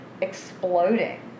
Exploding